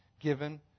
given